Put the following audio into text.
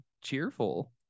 cheerful